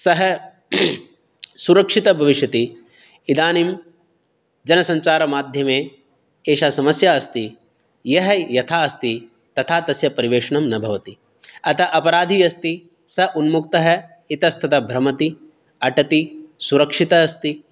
सः सुरक्षितः भविष्यति इदानीं जनसञ्चारमाध्यमे एषा समस्या अस्ति यः यथा अस्ति तथा तस्य परिवेशनं न भवति अतः अपराधी अस्ति सः उन्मुक्तः इतस्ततः भ्रमति अटति सुरक्षितः अस्ति